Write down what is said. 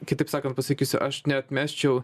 kitaip sakant pasakysiu aš neatmesčiau